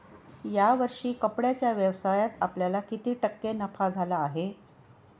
या वर्षी कपड्याच्या व्यवसायात आपल्याला किती टक्के नफा झाला आहे?